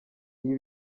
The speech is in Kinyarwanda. ibi